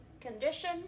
condition